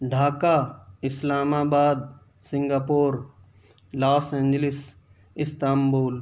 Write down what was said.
Dhaka Islamabad Singapore Los Angeles Istanbul